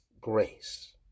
grace